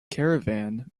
caravan